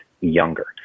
younger